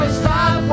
stop